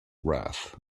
wrath